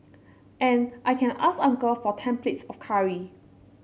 and I can ask uncle for ten plates of curry